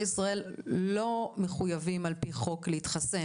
ישראל לא מחוייבים על פי חוק להתחסן.